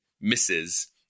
misses